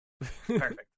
Perfect